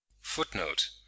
Footnote